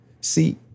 See